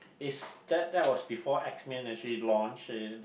it's that that was before X Men actually launch and